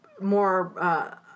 more